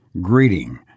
greeting